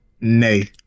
Nay